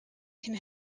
can